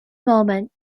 moment